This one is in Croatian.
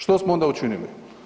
Što smo onda učinili?